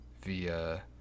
via